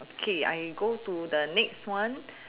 K I go to the next one